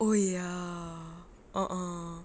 oh ya a'ah